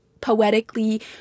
poetically